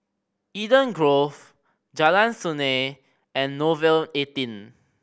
Eden Grove Jalan Sungei and Nouvel eighteen